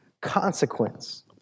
consequence